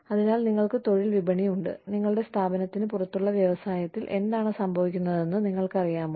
അതിനാൽ നിങ്ങൾക്ക് തൊഴിൽ വിപണിയുണ്ട് നിങ്ങളുടെ സ്ഥാപനത്തിന് പുറത്തുള്ള വ്യവസായത്തിൽ എന്താണ് സംഭവിക്കുന്നതെന്ന് നിങ്ങൾക്കറിയാമോ